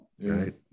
right